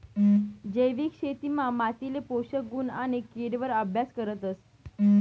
जैविक शेतीमा मातीले पोषक गुण आणि किड वर अभ्यास करतस